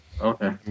okay